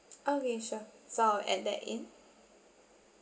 okay sure so I will add that in